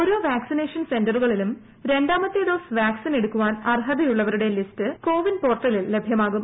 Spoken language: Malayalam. ഓരോ വാക്സിനേഷൻ സെന്ററുകളിലും രണ്ടാമത്തെ ഡോസ് വാക്സിൻ എടുക്കുവാൻ അർഹതയുള്ളവരുടെ ലിസ്റ്റ് കോവിൻ പോർട്ടലിൽ ലഭൃമാകും